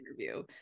interview